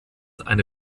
eine